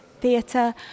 theatre